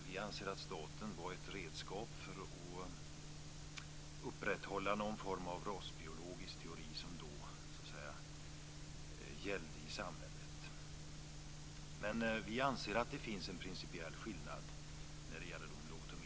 Vi anser att staten var ett redskap för att upprätthålla en form av rasbiologisk teori som då gällde i samhället. Vi anser att det finns en principiell skillnad när det gäller de lobotomerade.